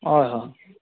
হয় হয়